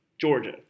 Georgia